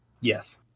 Yes